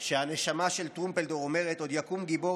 שהנשמה של טרומפלדור אומרת: עוד יקום גיבור